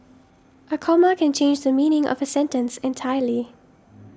a comma can change the meaning of a sentence entirely